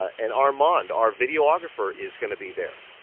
and armand, our videographer, is going to be there.